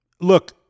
Look